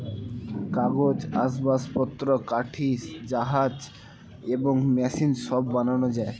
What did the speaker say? কাগজ, আসবাবপত্র, কাঠি, জাহাজ এবং মেশিন সব বানানো যায়